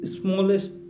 smallest